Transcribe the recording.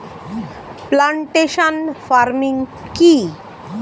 Plantation farming কি?